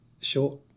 short